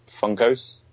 Funkos